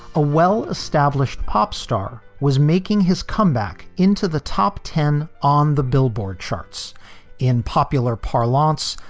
a well established pop star was making his comeback into the top ten on the billboard charts in popular parlance.